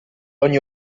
ogni